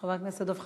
חבר הכנסת דב חנין,